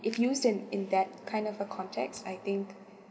if used in in that kind of a context I think